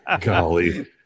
Golly